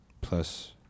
plus